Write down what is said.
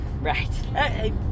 Right